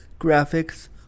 graphics